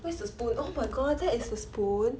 where's the spoon oh my god that is a spoon